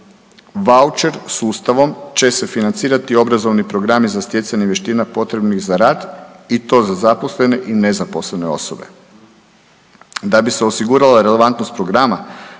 Vaučer sustavom će se financirati obrazovni programi za stjecanje vještina potrebnih za rad i to za zaposlene i nezaposlene osobe. Da bi se osigurala relevantnost programa